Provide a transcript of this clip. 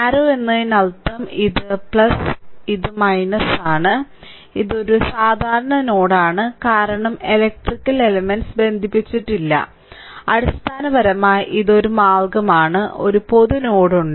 അർരൌ എന്നതിനർത്ഥം ഇത് ഇതാണ് ഇത് ഒരു സാധാരണ നോഡാണ് കാരണം എലെക്ട്രിക്കൽ എലെമെന്റ്സ് ബന്ധിപ്പിച്ചിട്ടില്ല അടിസ്ഥാനപരമായി ഇത് ഒരു മാർഗമാണ് ഒരു പൊതു നോഡ് ഉണ്ട്